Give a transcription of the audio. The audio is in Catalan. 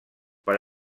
per